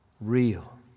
real